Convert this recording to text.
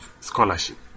scholarship